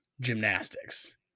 gymnastics